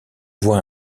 voit